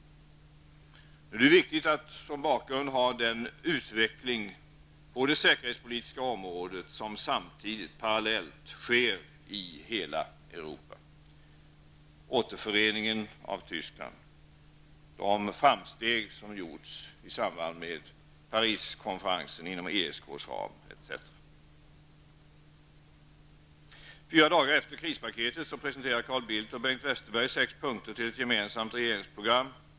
Det är viktigt att som bakgrund ha den utveckling på det säkerhetspolitiska området som samtidigt sker i hela Europa, återföreningen av Tyskland, de framsteg som gjorts i samband med Pariskonferensen inom ESKs ram etc. Fyra dagar efter krispaketet presenterar Carl Bildt och Bengt Westerberg sex punkter till ett gemensamt regeringsprogram.